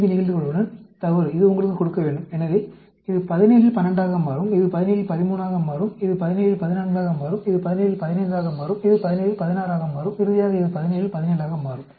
5 நிகழ்தகவுடன் தவறு இது உங்களுக்குக் கொடுக்க வேண்டும் எனவே இது 17 இல் 12 ஆக மாறும் இது 17 இல் 13 ஆக மாறும் இது 17 இல் 14 ஆக மாறும் இது 17 இல் 15 ஆக மாறும் இது 17 இல் 16 ஆக மாறும் இறுதியாக இது 17 இல் 17 ஆக மாறும்